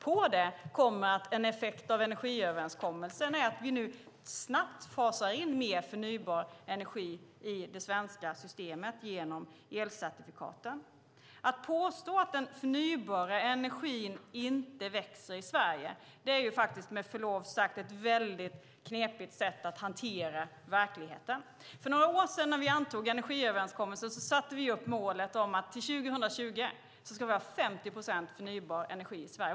På det kommer att en effekt av energiöverenskommelsen är att vi nu snabbt fasar in mer förnybar energi i det svenska systemet genom elcertifikaten. Att påstå att den förnybara energin inte växer i Sverige är med förlov sagt ett väldigt knepigt sätt att hantera verkligheten. För några år sedan när vi antog energiöverenskommelsen satte vi upp målet om att vi till 2020 ska ha 50 procent förnybar energi i Sverige.